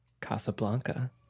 Casablanca